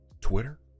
Twitter